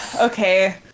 Okay